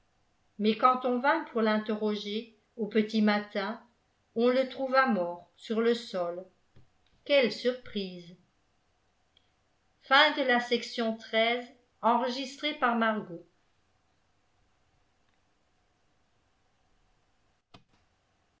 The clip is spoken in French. mais quand on vint pour l'interroger au petit matin on le trouva mort sur le sol quelle surprise